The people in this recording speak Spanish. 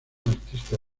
artista